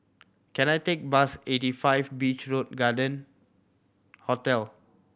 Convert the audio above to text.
can I take bus eighty five Beach Road Garden Hotel